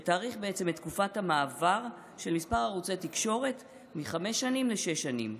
שתאריך את תקופת המעבר של מספר ערוצי תקשורת מחמש שנים לשש שנים,